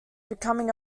becoming